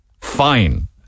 fine